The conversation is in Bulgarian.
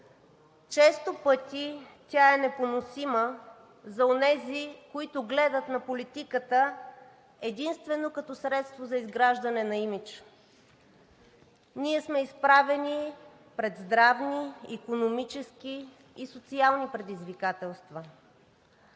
Често пъти тя е непоносима за онези, които гледат на политиката единствено като средство за изграждане на имидж. Ние сме изправени пред здравни, икономически и социални предизвикателства.